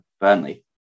Burnley